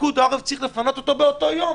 ופיקוד העורף צריך לפנות אותו באותו היום.